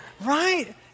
Right